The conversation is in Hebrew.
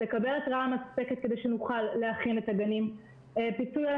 לקבל התראה מספקת כדי שנוכל להכין את הגנים; פיצוי על